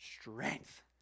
strength